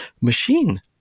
machine